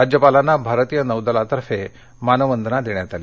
राज्यपालांना भारतीय नौदलातर्फे मानवंदना देण्यात आली